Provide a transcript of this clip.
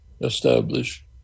establish